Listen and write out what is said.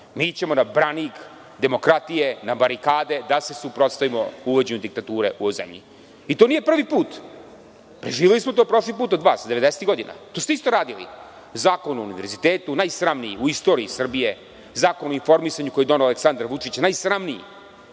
Mi ćemo na branik demokratije, na barikade da se suprotstavimo uvođenju diktature u zemlji.I to nije prvi put. Preživeli smo to prošli put od vas, devedesetih godina. To ste isto radili. Zakon o univerzitetu, najsramniji u istoriji Srbije, Zakon o informisanju koji je doneo Aleksandar Vučić, najsramniji.